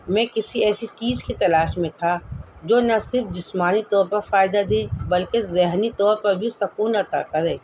میں کسی ایسی چیز کی تلاش میں تھا جو نہ صرف جسمانی طور پر فائدہ دے بلکہ ذہنی طور پر بھی سکون عطا کرے